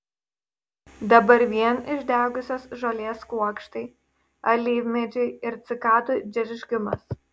dabar vien išdegusios žolės kuokštai alyvmedžiai ir cikadų džeržgimas